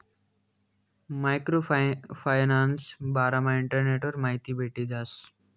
micro फायनान्सना बारामा इंटरनेटवर माहिती भेटी जास